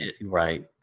right